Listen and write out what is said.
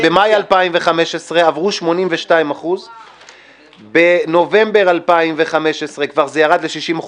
שבמאי 2015 עברו 82%; בנובמבר 2015 כבר זה ירד ל-60%,